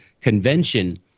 convention